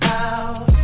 out